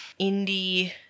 indie